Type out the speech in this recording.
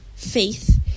faith